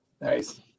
Nice